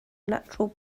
natural